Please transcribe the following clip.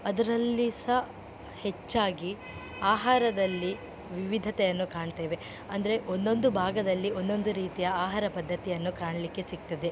ಅದರಲ್ಲಿ ಸಹ ಹೆಚ್ಚಾಗಿ ಆಹಾರದಲ್ಲಿ ವಿವಿಧತೆಯನ್ನು ಕಾಣ್ತೇವೆ ಅಂದರೆ ಒಂದೊಂದು ಭಾಗದಲ್ಲಿ ಒಂದೊಂದು ರೀತಿಯ ಆಹಾರ ಪದ್ದತಿಯನ್ನು ಕಾಣಲಿಕ್ಕೆ ಸಿಕ್ತದೆ